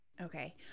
Okay